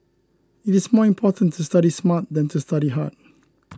it is more important to study smart than to study hard